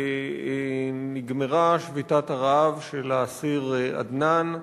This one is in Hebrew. שנגמרה שביתת הרעב של האסיר עדנאן,